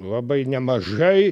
labai nemažai